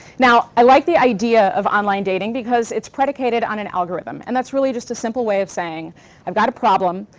now, i like the idea of online dating, because it's predicated on an algorithm, and that's really just a simple way of saying i've got a problem,